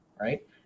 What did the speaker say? right